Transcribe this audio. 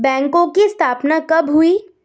बैंकों की स्थापना कब हुई?